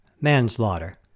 Manslaughter